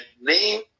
name